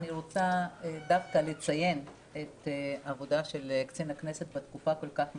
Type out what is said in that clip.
אני רוצה לציין את העבודה של קצין הכנסת בתקופה כל כך מאתגרת.